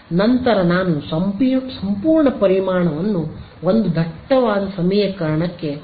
ನಂತರ ನಾನು ಸಂಪೂರ್ಣ ಪರಿಮಾಣವನ್ನು ಒಂದು ದಟ್ಟವಾದ ಸಮೀಕರಣಕ್ಕೆ ವಿವೇಚಿಸುತ್ತಿದ್ದೇನೆ